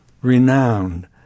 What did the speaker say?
renowned